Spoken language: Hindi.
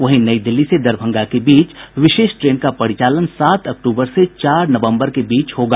वहीं नई दिल्ली से दरभंगा के बीच विशेष ट्रेन का परिचालन सात अक्टूबर से चार नवंबर के बीच होगा